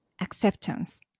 acceptance